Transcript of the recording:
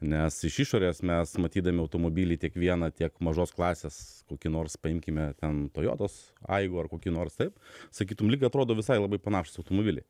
nes iš išorės mes matydami automobilį tiek vieną tiek mažos klasės kokį nors paimkime ten tojotos aivor kokį nors taip sakytum lyg atrodo visai labai panašūs automobiliai